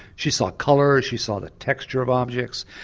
she saw colour, she saw the texture of objects.